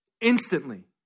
Instantly